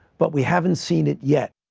but we haven't seen it yet.